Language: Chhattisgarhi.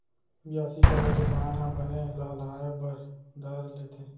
बियासी करे ले धान ह बने लहलहाये बर धर लेथे